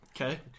Okay